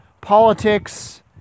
politics